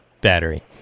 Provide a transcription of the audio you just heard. battery